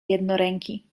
jednoręki